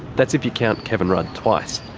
that's if you count kevin rudd twice,